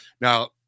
Now